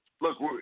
look